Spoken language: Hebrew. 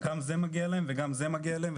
גם זה מגיע להם וגם זה מגיע להם.